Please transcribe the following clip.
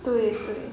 对对